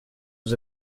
was